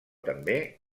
també